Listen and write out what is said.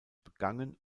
begangen